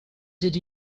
did